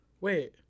Wait